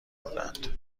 بودند